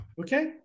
Okay